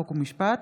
חוק ומשפט.